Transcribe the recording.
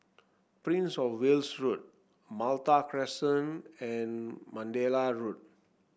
Prince Of Wales Road Malta Crescent and Mandalay Road